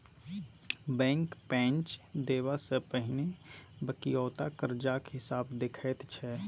bank पैंच देबा सँ पहिने बकिऔता करजाक हिसाब देखैत छै